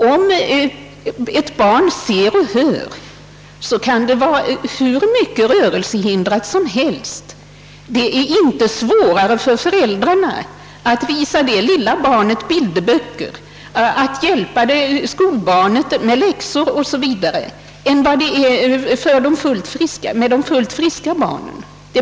Om ett barn ser och hör, kan det vara hur rörelsehindrat som helst utan att det blir svårare för föräldrarna att visa det lilla barnet bilderböcker och att hjälpa skolbarnet med läxor, än vad det är när det gäller fullt friska barn.